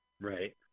Right